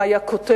מה היה כותב,